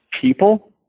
people